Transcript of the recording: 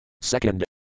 second